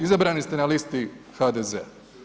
Izabrani ste na listi HDZ-a.